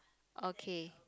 okay